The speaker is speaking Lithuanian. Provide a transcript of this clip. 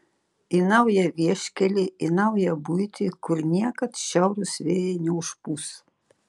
į naują vieškelį į naują buitį kur niekad šiaurūs vėjai neužpūs